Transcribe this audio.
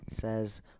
says